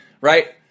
Right